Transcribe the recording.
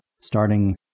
starting